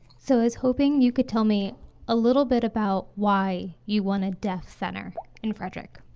so as hoping you could tell me a little bit about why you want a deaf center in frederick